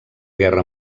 guerra